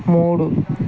మూడు